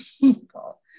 people